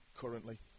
currently